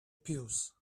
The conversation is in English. pills